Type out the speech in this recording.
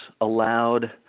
allowed